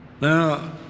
Now